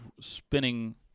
spinning